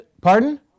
pardon